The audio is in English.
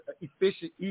efficient